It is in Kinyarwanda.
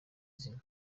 zina